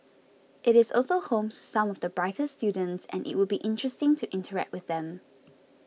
it is also home to some of the brightest students and it would be interesting to interact with them